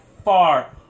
far